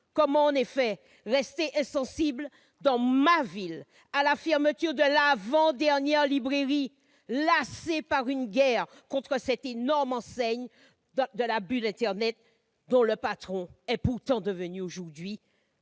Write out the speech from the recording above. Comment, en effet, rester insensible, dans ma ville, à la fermeture de l'avant-dernière librairie, lassée par une guerre contre cette énorme enseigne de la bulle internet, dont le patron est devenu aujourd'hui